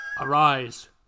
Arise